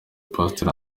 pasiteri